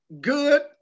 good